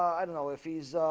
i don't know if he's ah